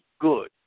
good